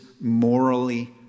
morally